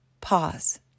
pause